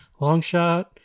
Longshot